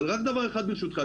אבל רק דבר אחד ברשותך,